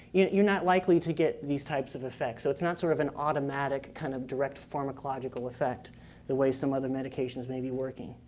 you're not likely to get these types of effects. so it's not sort of an automatic kind of direct pharmacological effect the way some other medications may be working.